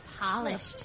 polished